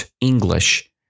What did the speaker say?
english